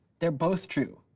they are both true.